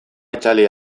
itzali